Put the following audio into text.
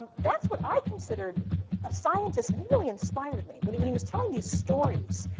that's what i considered a scientist, and he really inspired me. when he when he was telling these stories,